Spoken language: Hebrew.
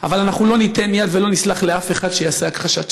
אבל אנחנו לא ניתן יד ולא נסלח לאף אחד שיעשה הכחשת שואה.